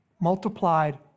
multiplied